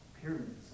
pyramids